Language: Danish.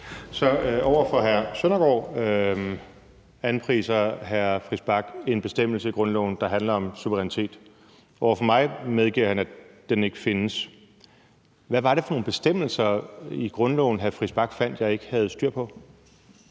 Så over for hr. Søren Søndergaard anpriser hr. Christian Friis Bach en bestemmelse i grundloven, der handler om suverænitet; over for mig medgiver han, at den ikke findes. Hvad var det for nogle bestemmelser i grundloven, hr. Christian Friis Bach fandt at jeg ikke havde styr på?